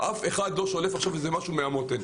אף אחד לא שולף משהו מהמותן.